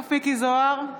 מכלוף מיקי זוהר,